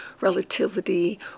relativity